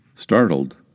Startled